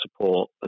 support